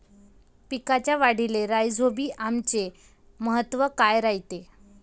पिकाच्या वाढीले राईझोबीआमचे महत्व काय रायते?